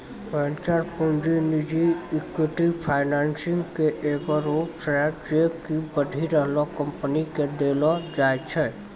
venture पूंजी निजी equity financing के एगो रूप छै जे कि बढ़ि रहलो कंपनी के देलो जाय छै